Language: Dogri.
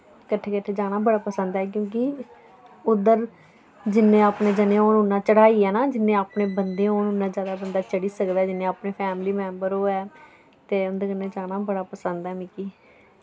कट्ठे कट्ठे जाना बड़ा पसंद ऐ क्यूंकि उद्धर जिन्ने अपने जने होन उन्ना चढ़ाई ऐ ना जिन्ने अपने बंदे होन उन्ना ज्यादा बंदा चढ़ी सकदा जिन्ने अपने फैमली मैम्बर होऐ ते उंदे कन्नै जाना बड़ा पसंद ऐ मिकी